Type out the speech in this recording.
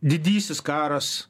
didysis karas